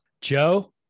Joe